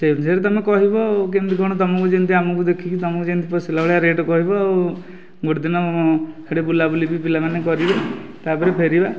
ସେହି ଅନୁସାରେ ତୁମେ କହିବ ଆଉ କେମିତି କ'ଣ ତୁମକୁ ଯେମିତି ଆମକୁ ଦେଖିକି ତୁମକୁ ଯେମିତି ପୋଷାଇଲା ଭଳିଆ ରେଟ୍ କହିବ ଆଉ ଗୋଟିଏ ଦିନ ସେହିଠି ବୁଲାବୁଲି ବି ପିଲାମାନେ କରିବେ ତା'ପରେ ଫେରିବା